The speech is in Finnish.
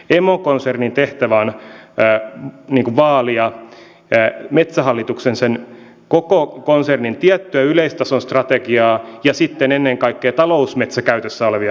emokonsernin tehtävä on vaalia metsähallituksen koko konsernin tiettyä yleistason strategiaa ja sitten ennen kaikkea talousmetsäkäytössä olevia metsiä